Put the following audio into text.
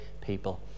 people